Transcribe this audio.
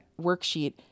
worksheet